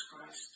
Christ